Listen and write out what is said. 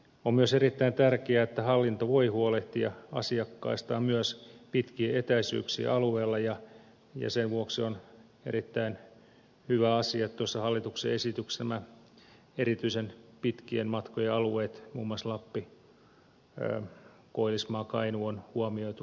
on myös erittäin tärkeää että hallinnossa voidaan huolehtia asiakkaista myös pitkien etäisyyksien alueella ja sen vuoksi on erittäin hyvä asia että tuossa hallituksen esityksessä nämä erityisen pitkien matkojen alueet muun muassa lappi koillismaa ja kainuu on huomioitu erikseen